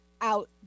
out